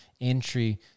entry